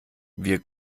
wir